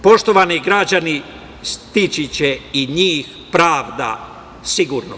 Poštovani građani stići će i njih pravda sigurno.